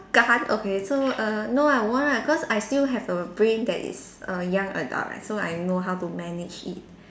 okay so err no ah won't ah cause I still have a brain that is a young adult lah so I know how to manage it